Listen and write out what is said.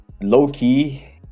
low-key